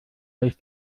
ist